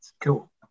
Cool